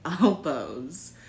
elbows